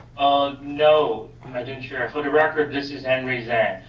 um no, madam chair, for the record this is henry zhang.